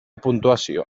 puntuació